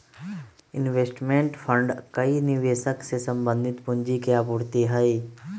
investment fund कई निवेशक से संबंधित पूंजी के आपूर्ति हई